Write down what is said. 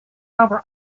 over